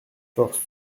force